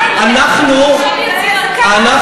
גם ככה, העולם הוא שטוח.